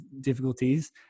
difficulties